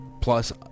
Plus